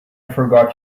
forgot